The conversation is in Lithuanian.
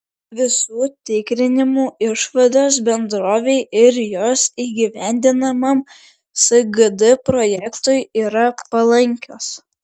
visų tikrinimų išvados bendrovei ir jos įgyvendinamam sgd projektui yra palankios